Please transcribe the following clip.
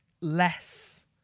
less